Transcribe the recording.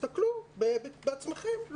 תסתכלו בעצמכם.